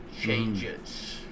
changes